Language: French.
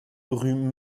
rue